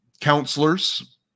counselors